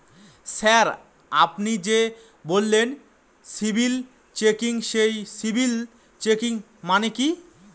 Sir আপনি যে বললেন সিবিল চেকিং সেই সিবিল চেকিং মানে কি?